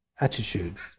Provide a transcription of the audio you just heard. attitudes